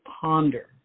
ponder